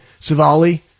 Savali